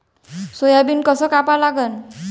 Soybean कस कापा लागन?